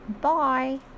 Bye